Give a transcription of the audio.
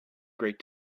great